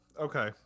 okay